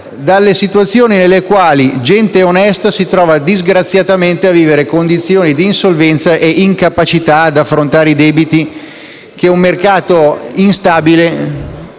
dalle situazioni nelle quali gente onesta si trovi disgraziatamente a vivere condizioni di insolvenza e di incapacità ad affrontare i debiti che un mercato instabile